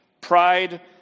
Pride